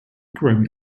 grammy